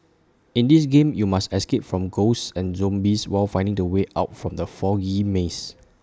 in this game you must escape from ghosts and zombies while finding the way out from the foggy maze